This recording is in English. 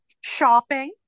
shopping